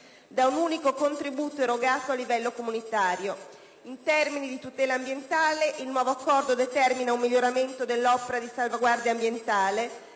da un unico contributo erogato a livello comunitario. In termini di tutela ambientale, il nuovo Accordo determina un miglioramento dell'opera di salvaguardia ambientale,